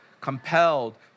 compelled